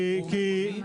מקומית